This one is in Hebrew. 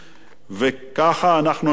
וככה אנחנו נראים,